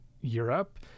europe